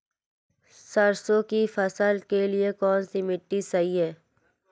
सरसों की फसल के लिए कौनसी मिट्टी सही हैं?